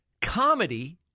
Comedy